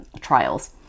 trials